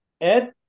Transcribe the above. Ed